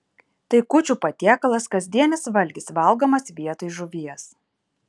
tai kūčių patiekalas kasdienis valgis valgomas vietoj žuvies